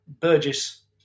Burgess